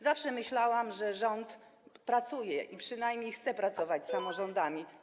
Zawsze myślałam, że rząd pracuje, a przynajmniej chce pracować, z samorządami.